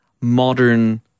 modern